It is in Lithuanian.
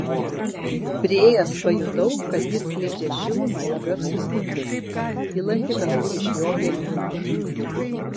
priėjęs pajutau kad jis skleidžia šilumą ir garsų zvimbesį kylantį kažkur iš jo gelmių